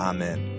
Amen